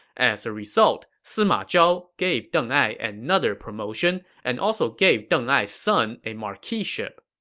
as a result, sima zhao gave deng ai another promotion and also gave deng ai's son a marquiship.